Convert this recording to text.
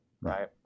Right